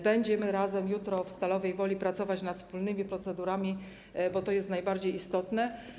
Będziemy razem jutro w Stalowej Woli pracować nad wspólnymi procedurami, bo to jest najbardziej istotne.